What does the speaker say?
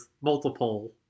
multiple